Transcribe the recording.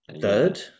third